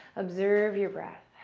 observe your breath.